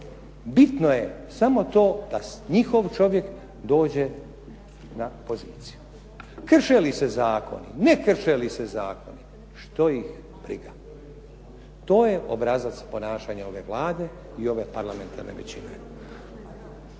Bitno je samo to da njihov čovjek dođe na poziciju. Krše li se zakoni, ne krše li se zakoni, što ih briga. To je obrazac ponašanja ove Vlade i ove parlamentarne većine.